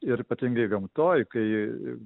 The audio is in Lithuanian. ir ypatingai gamtoj kai